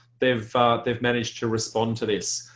they've they've managed to respond to this.